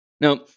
Now